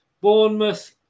Bournemouth